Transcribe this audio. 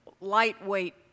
lightweight